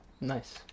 Nice